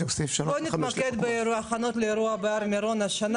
בואו נתמקד בהכנות לאירוע בהר מירון השנה.